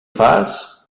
fas